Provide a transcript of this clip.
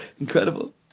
Incredible